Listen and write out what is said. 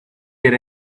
get